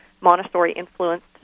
Montessori-influenced